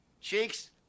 Cheeks